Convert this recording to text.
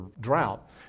drought